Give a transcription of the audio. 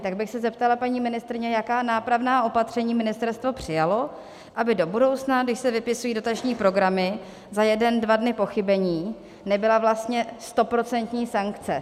Tak bych se zeptala paní ministryně, jaká nápravná opatření ministerstvo přijalo, aby do budoucna, když se vypisují dotační programy, za jeden dva dny pochybení nebyla vlastně 100% sankce.